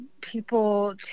people